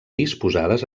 disposades